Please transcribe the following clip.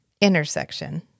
intersection